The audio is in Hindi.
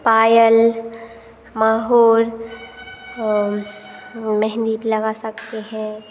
पायल माहोर और वो मेहंदी लगा सकते हैं